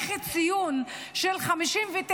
איך ציון של 59,